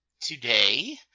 today